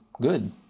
good